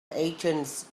agents